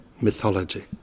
mythology